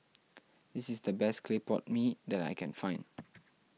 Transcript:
this is the best Clay Pot Mee that I can find